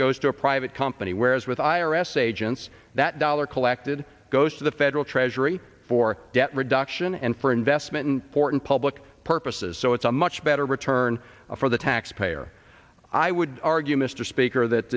goes to a private company whereas with i r s agents that dollar collected goes to the federal treasury for debt reduction and for investment porton public purposes so it's a much better return for the taxpayer i would argue mr speaker that